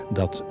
dat